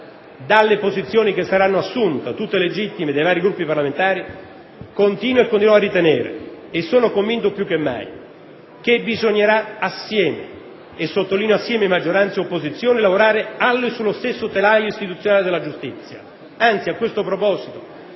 dalle posizioni che saranno assunte - tutte legittime - dai vari Gruppi parlamentari, continuo e continuerò a ritenere e sono convinto più che mai che bisognerà assieme (e sottolineo assieme), maggioranza e opposizione, lavorare allo e sullo stesso telaio istituzionale della giustizia. Anzi, a questo proposito